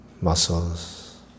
muscles